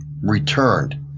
returned